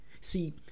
See